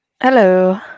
Hello